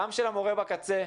גם של המורה בקצה,